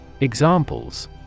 Examples